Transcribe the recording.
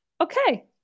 okay